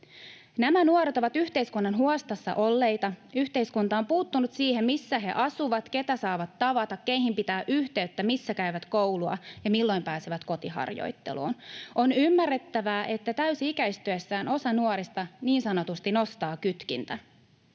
Nämä nuoret ovat yhteiskunnan huostassa olleita: yhteiskunta on puuttunut siihen, missä he asuvat, keitä saavat tavata, keihin pitää yhteyttä, missä käyvät koulua ja milloin pääsevät kotiharjoitteluun. On ymmärrettävää, että täysi-ikäistyessään osa nuorista niin sanotusti nostaa kytkintä.